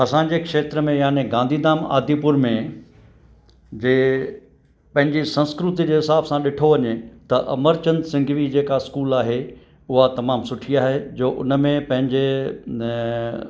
असांजे खेत्र में यानी गांधी धाम आदिपुर में जे पंहिंजी सांस्कृति जे हिसाब सां ॾिठो वञे त अमरचंद सिंघवी जेका स्कूल आहे उहा तमामु सुठी आहे जो उन में पंहिंजे न